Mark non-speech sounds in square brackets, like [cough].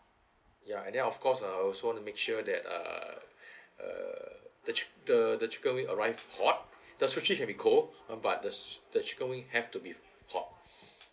ya and then of course uh I also want to make sure that ah [breath] err the chi~ the the chicken wing arrived hot the sushi can be cold uh but s~ s~ the chicken wing have to be hot